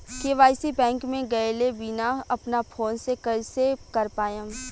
KYC bank मे गएले बिना अपना फोन से कइसे कर पाएम?